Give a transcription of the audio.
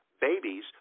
Babies